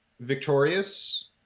Victorious